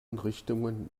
richtungen